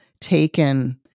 taken